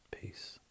Peace